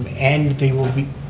and they will be,